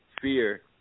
fear